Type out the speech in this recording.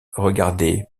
regardait